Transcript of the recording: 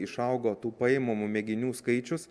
išaugo tų paimamų mėginių skaičius